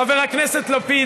חבר הכנסת לפיד,